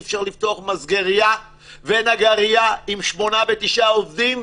אי אפשר לפתוח מסגרייה ונגרייה עם שמונה ותשעה עובדים?